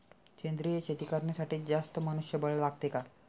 सेंद्रिय शेती करण्यासाठी जास्त मनुष्यबळ लागते का?